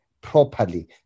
properly